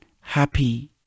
Happy